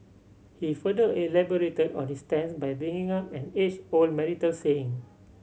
he further elaborated on his stance by bringing up an age old marital saying